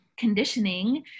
conditioning